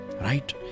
Right